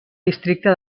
districte